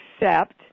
accept